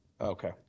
Okay